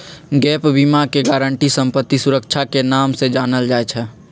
gap बीमा के guarantee संपत्ति सुरक्षा के नाम से जानल जाई छई